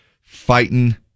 fighting